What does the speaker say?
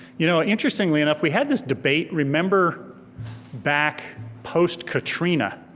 you know interestingly enough, we had this debate, remember back post katrina,